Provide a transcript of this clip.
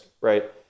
right